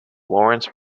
lawrence